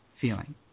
feeling